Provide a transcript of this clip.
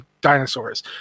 dinosaurs